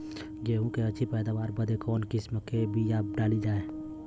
गेहूँ क अच्छी पैदावार बदे कवन किसीम क बिया डाली जाये?